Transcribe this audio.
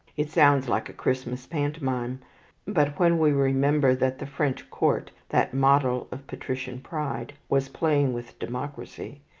it sounds like a christmas pantomime but when we remember that the french court, that model of patrician pride, was playing with democracy,